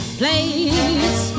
place